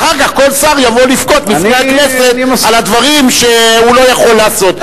ואחר כך כל שר יבוא לבכות בפני הכנסת על הדברים שהוא לא יכול לעשות.